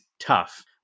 tough